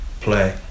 play